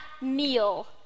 meal